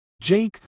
Jake